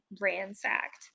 ransacked